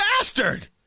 bastard